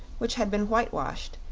which had been whitewashed,